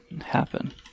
happen